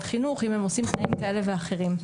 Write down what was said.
חינוך אם הם עושים תנאים כאלה ואחרים.